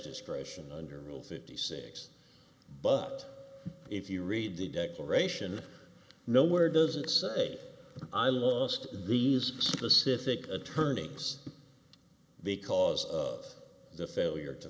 discretion under rule fifty six but if you read the declaration nowhere does it say i lost these specific attorney it's because of the failure to